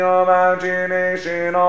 imagination